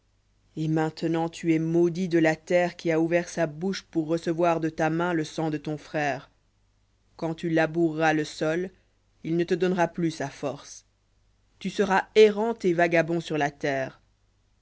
et maintenant tu es maudit de la terre qui a ouvert sa bouche pour recevoir de ta main le sang de ton frère quand tu laboureras le sol il ne te donnera plus sa force tu seras errant et vagabond sur la terre